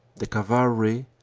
the cavalry,